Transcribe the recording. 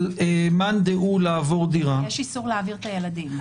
מאן דהוא לעבור דירה --- יש איסור להעביר את הילדים.